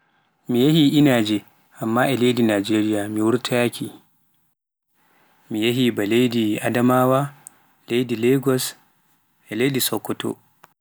miye hi inaaje amma e leydi Najeriya, mi wutoyaaki, mi yehi ba leydi Adamawa, leydi Ikko e leydi Sokoto